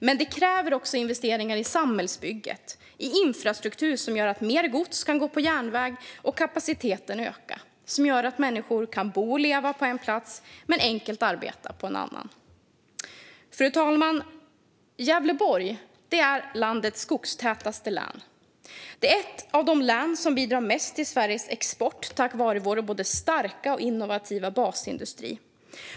Men den kräver också investeringar i samhällsbygget - i infrastruktur som gör att mer gods kan gå på järnväg och kapaciteten kan öka och att människor kan bo och leva på en plats men enkelt arbeta på en annan. Fru talman! Gävleborg är landets mest skogstäta län. Det är ett av de län som bidrar mest till Sveriges export tack vare vår både starka och innovativa basindustri.